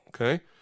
okay